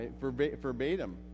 verbatim